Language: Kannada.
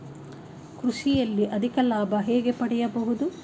ಕೃಷಿಯಲ್ಲಿ ಅಧಿಕ ಲಾಭ ಹೇಗೆ ಪಡೆಯಬಹುದು?